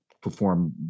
perform